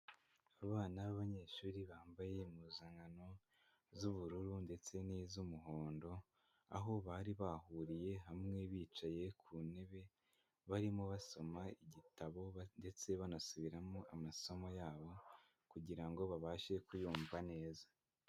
Abana b'abanyeshuri bambaye impuzankano z'ubururu ndetse n'iz'umuhondo, aho bari bahuriye hamwe bicaye ku ntebe, barimo basoma igitabo ndetse banasubiramo amasomo yabo kugira ngo babashe kuyumva neza.